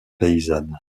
paysanne